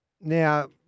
Now